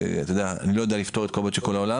אני לא יודע לפתור את כל הבעיות של כל העולם.